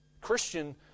Christian